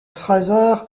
fraser